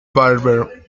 barber